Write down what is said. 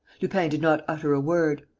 lupin did not utter a word,